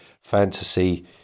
fantasy